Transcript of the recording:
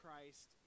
christ